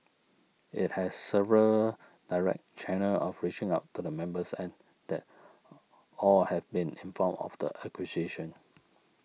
it has several direct channels of reaching out to the members and that all have been informed of the acquisition